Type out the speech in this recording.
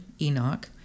Enoch